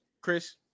chris